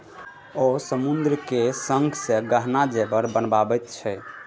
ओ समुद्रक शंखसँ गहना जेवर बनाबैत छै